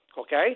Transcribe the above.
okay